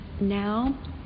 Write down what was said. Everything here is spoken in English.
now